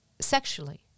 sexually